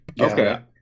Okay